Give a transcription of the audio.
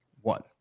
One